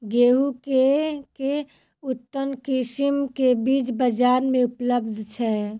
गेंहूँ केँ के उन्नत किसिम केँ बीज बजार मे उपलब्ध छैय?